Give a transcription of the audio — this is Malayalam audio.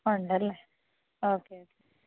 ഉണ്ടല്ലേ ഓക്കെ ഓക്കെ